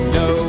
no